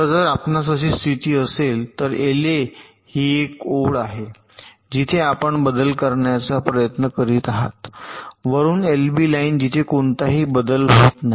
तर जर आपणास अशी स्थिती असेल तर एलए ही एक ओळ आहे जिथे आपण बदल करण्याचा प्रयत्न करीत आहात वरुन एलबी लाइन जिथे कोणताही बदल होत नाही